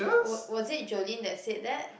oh was it Jolene that said that